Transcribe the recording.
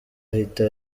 ahita